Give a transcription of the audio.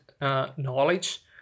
knowledge